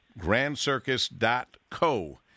grandcircus.co